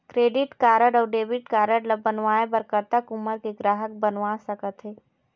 Credit card अऊ debit card ला बनवाए बर कतक उमर के ग्राहक बनवा सका थे?